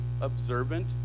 observant